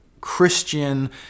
Christian